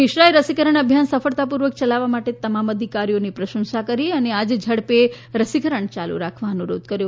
મિશ્રાએ રસીકરણ અભિયાન સફળતાપૂર્વક ચલાવવા માટે તમામ અધિકારીઓની પ્રશંસા કરી અને આ જ ઝડપે રસીકરણ ચાલુ રાખવા અનુરોધ કર્યો